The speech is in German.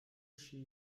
chi